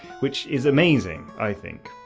which is amazing, i think!